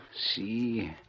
See